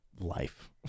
life